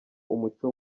umuco